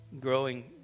growing